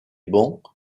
bons